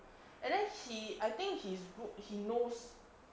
and then he I think he's good he knows